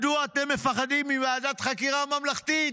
מדוע אתם מפחדים מוועדת חקירה ממלכתית?